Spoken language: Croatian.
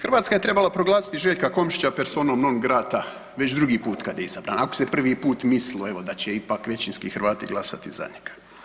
Hrvatska je trebala proglasiti Željka Komšića Personom non grata već drugi put kad je izabran, ako se prvi put mislilo evo da će ipak većinski Hrvati glasati za njega.